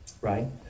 Right